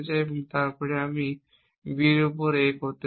এবং তারপর আমি B এর উপর A করতে চাই